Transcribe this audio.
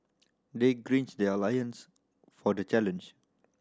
they gird their loins for the challenge